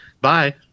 bye